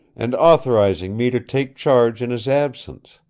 and authorizing me to take charge in his absence.